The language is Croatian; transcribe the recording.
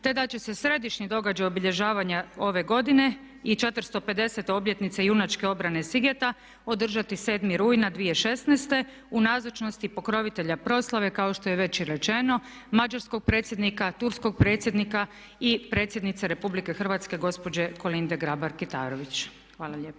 te da će se središnji događaj obilježavanja ove godine i 450. obljetnice junačke obrane Sigeta održati 7. rujna 2016. u nazočnosti pokrovitelja proslave kao što je već i rečeno mađarskog predsjednika, turskog predsjednika i predsjednice Republike Hrvatske gospođe Kolinde Grabar-Kitarović. Hvala lijepa.